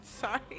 Sorry